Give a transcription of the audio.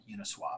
Uniswap